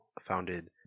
founded